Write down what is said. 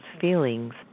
feelings